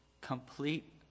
Complete